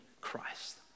Christ